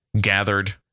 gathered